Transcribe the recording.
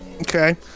Okay